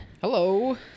Hello